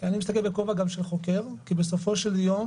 גם בכובע של חוקר, כי בסופו של יום